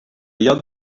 lloc